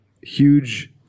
huge